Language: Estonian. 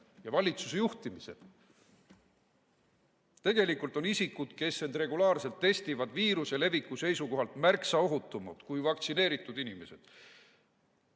ja valitsuse juhtimisel. Tegelikult on isikud, kes end regulaarselt testivad, viiruse leviku seisukohalt märksa ohutumad kui vaktsineeritud inimesed,